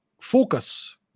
focus